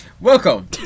Welcome